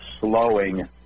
slowing